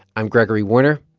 i'm gregory warner,